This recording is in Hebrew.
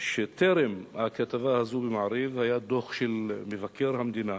לכך שטרם הכתבה הזאת ב"מעריב" היה דוח של מבקר המדינה